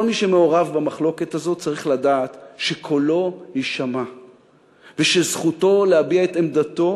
כל מי שמעורב במחלוקת הזאת צריך לדעת שקולו יישמע וזכותו להביע את עמדתו